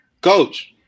Coach